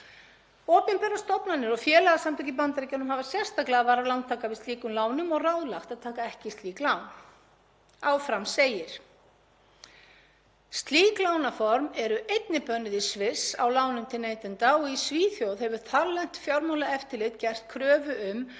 „Slík lánaform eru einnig bönnuð í Sviss á lánum til neytenda og í Svíþjóð hefur þarlent fjármálaeftirlit gert kröfu um að eiginleg afborgun svo að höfuðstóll lækki eigi sér stað á öllum nýjum íbúðalánum, m.a. til að auka fjármálalegan stöðugleika.